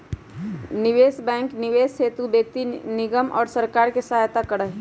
निवेश बैंक निवेश हेतु व्यक्ति निगम और सरकार के सहायता करा हई